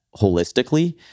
holistically